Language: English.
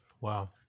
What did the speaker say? Wow